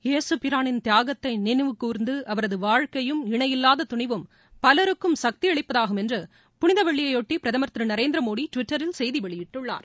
யேசுபிரானின் தியாகத்தை நினைவுகூர்ந்து அவரது வாழ்க்கையும் இணையில்லாத துணிவும் பலருக்கும் சக்தியளிப்பதாகும் என்று புனித வெள்ளியைபொட்டி பிரதமர் திரு நரேந்திர மோடி டுவிட்டரில் செய்தி வெளியிட்டுள்ளார்